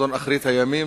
חזון אחרית הימים,